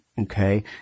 okay